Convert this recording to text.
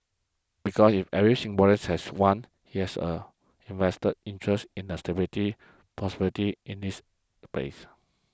because if every Singaporeans has one he has a invested interest in the stability prosperity in this place